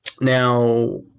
Now